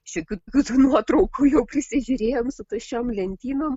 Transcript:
šiokių tokių tų nuotraukų jau prisižiūrėjom su tuščiom lentynom